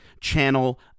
channel